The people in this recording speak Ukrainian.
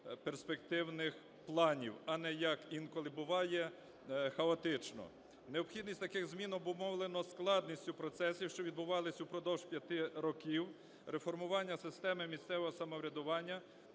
перспективних планів, а не, як інколи буває, хаотично. Необхідність таких змін обумовлена складністю процесів, що відбувалися упродовж 5 років реформування системи місцевого самоврядування,